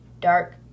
dark